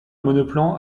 monoplan